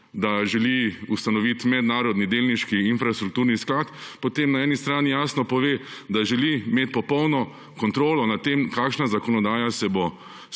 da želi ustanoviti mednarodni delniški infrastrukturni sklad, potem naj jasno pove, da želi imeti popolno kontrolo nad tem, kakšna zakonodaja se bo